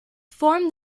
form